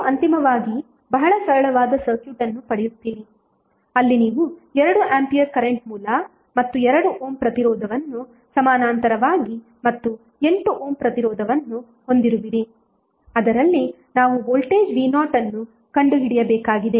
ನೀವು ಅಂತಿಮವಾಗಿ ಬಹಳ ಸರಳವಾದ ಸರ್ಕ್ಯೂಟ್ ಅನ್ನು ಪಡೆಯುತ್ತೀರಿ ಅಲ್ಲಿ ನೀವು 2 ಆಂಪಿಯರ್ ಕರೆಂಟ್ ಮೂಲ ಮತ್ತು 2 ಓಮ್ ಪ್ರತಿರೋಧವನ್ನು ಸಮಾನಾಂತರವಾಗಿ ಮತ್ತು 8 ಓಮ್ ಪ್ರತಿರೋಧವನ್ನು ಹೊಂದಿರುವಿರಿ ಅದರಲ್ಲಿ ನಾವು ವೋಲ್ಟೇಜ್ v0 ಅನ್ನು ಕಂಡುಹಿಡಿಯಬೇಕಾಗಿದೆ